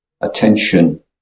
attention